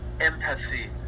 empathy